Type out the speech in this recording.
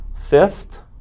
fifth